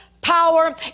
power